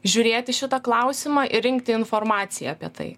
žiūrėt į šitą klausimą ir rinkti informaciją apie tai